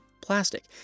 plastic